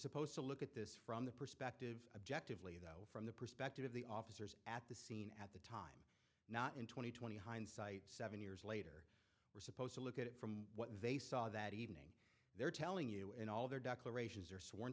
supposed to look at this from the perspective objective lee the from the perspective of the officers at the scene not in twenty twenty hindsight seven years later we're supposed to look at it from what they saw that evening they're telling you in all their declarations or sworn